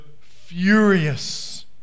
furious